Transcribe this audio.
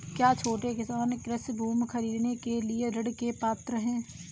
क्या छोटे किसान कृषि भूमि खरीदने के लिए ऋण के पात्र हैं?